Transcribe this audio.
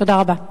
תודה רבה.